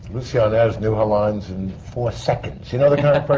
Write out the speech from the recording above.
lucie arnaz knew her lines in four seconds. you know the kind of